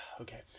Okay